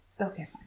Okay